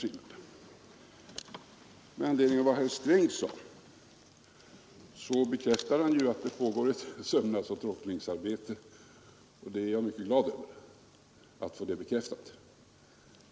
Herr Sträng bekräftade att det pågår ett sömnadsoch tråcklingsarbete, och jag är mycket glad över att få det bekräftat.